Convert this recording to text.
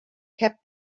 kept